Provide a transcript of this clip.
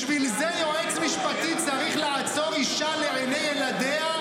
בשביל זה יועץ משפטי צריך לעצור אישה לעיני ילדיה,